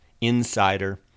Insider